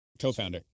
co-founder